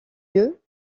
yeux